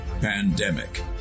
pandemic